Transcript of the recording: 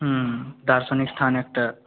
হুম দার্শনিক স্থান একটা